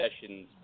Sessions